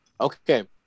okay